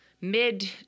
mid